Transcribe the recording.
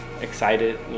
excited